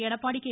Edappadi K